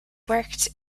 worked